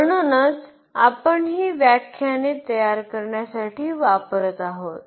म्हणूनच आपण ही व्याख्याने तयार करण्यासाठी वापरत आहोत